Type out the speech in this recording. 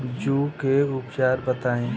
जूं के उपचार बताई?